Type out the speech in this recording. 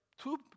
two